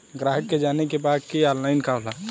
ग्राहक के जाने के बा की ऑनलाइन का होला?